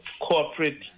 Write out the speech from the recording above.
corporate